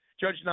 Judge